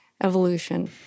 evolution